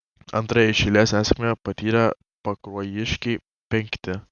antrąją iš eilės nesėkmę patyrę pakruojiškiai penkti